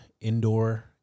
indoor